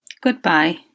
goodbye